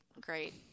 great